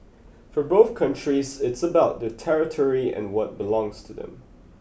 for both countries it's about their territory and what belongs to them